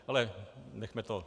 Ale nechme to.